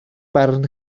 barn